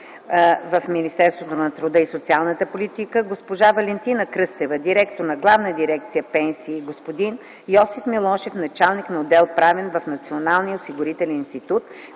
в Министерството на труда и социалната политика, госпожа Валентина Кръстева – директор на Главна дирекция „Пенсии”, и господин Йосиф Милошев - началник на отдел „Правен” в Националния осигурителен институт,